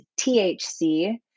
THC